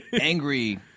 angry